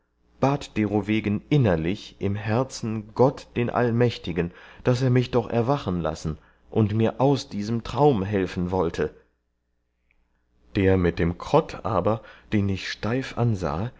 bat derowegen innerlich im herzen gott den allmächtigen daß er mich doch erwachen lassen und mir aus diesem traum helfen wollte der mit der krott aber den ich steif ansahe